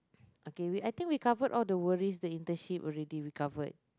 okay wait I think we covered all the worries that internship already we covered